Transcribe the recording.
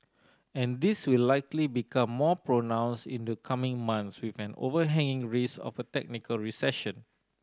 and this will likely become more pronounced in the coming months with an overhanging risk of a technical recession